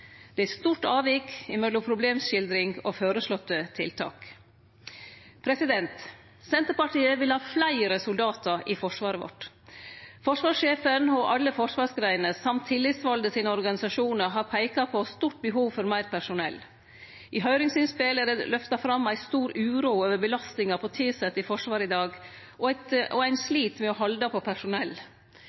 Det er eit stort avvik mellom problemskildring og føreslåtte tiltak. Senterpartiet vil ha fleire soldatar i forsvaret vårt. Forsvarssjefen og alle forsvarsgreiner, i tillegg til organisasjonane til dei tillitsvalde har peika på eit stort behov for meir personell. I høyringsinnspel er det løfta fram ei stor uro over belastinga på tilsette i Forsvaret i dag, og ein slit med å halde på